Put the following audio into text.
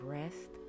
rest